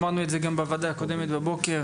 אמרנו את זה גם בוועדה הקודמת, בבוקר.